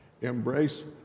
embrace